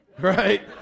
right